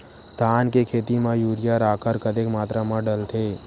धान के खेती म यूरिया राखर कतेक मात्रा म डलथे?